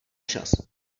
čas